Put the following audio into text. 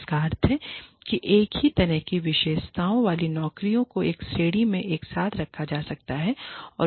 जिसका अर्थ है कि एक ही तरह की विशेषताओं वाली नौकरियों को एक श्रेणी में एक साथ रखा जा सकता है